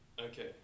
Okay